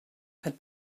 had